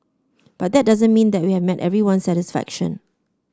but that doesn't mean that we have met everyone's satisfaction